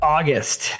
August